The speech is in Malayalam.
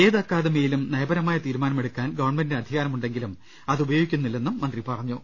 ഏത് അക്കാദ മിയിലും നയപരമായ തീരുമാനം എടുക്കാൻ ഗവൺമെന്റിന് അധികാരമുണ്ടെങ്കിലും അത് ഉപയോഗിക്കുന്നില്ലെന്ന് മന്ത്രി പറഞ്ഞു